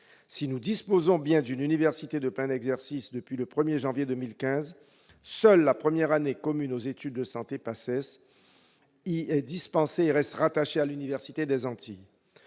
Nous disposons bien d'une université de plein exercice depuis le 1 janvier 2015, mais seule la première année commune aux études de santé- PACES -y est dispensée, avec, toujours, un rattachement à l'université des Antilles.